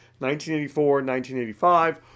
1984-1985